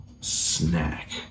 snack